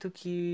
que